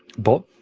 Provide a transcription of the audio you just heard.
but